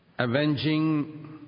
Avenging